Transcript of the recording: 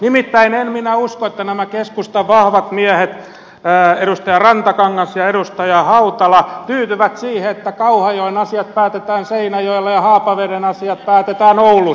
nimittäin en minä usko että nämä keskustan vahvat miehet edustaja rantakangas ja edustaja hautala tyytyvät siihen että kauhajoen asiat päätetään seinäjoella ja haapaveden asiat päätetään oulussa